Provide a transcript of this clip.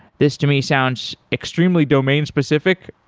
this to me sounds extremely domain-specific,